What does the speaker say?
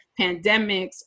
pandemics